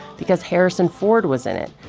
because harrison ford was in it,